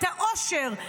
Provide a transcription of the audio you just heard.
את האושר.